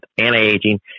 anti-aging